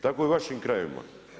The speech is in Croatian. Tako i u vašim krajevima.